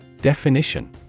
Definition